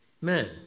men